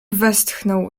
westchnął